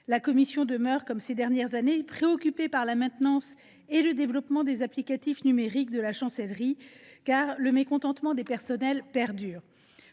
la commission demeure préoccupée par la maintenance et le développement des applicatifs numériques de la Chancellerie, car le mécontentement des personnels perdure.